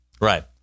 Right